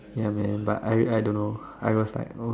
ya man but I I don't know I was like oh